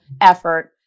effort